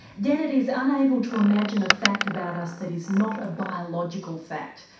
dennett is unable to imagine a fact about us that is not a biological fact.